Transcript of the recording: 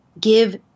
give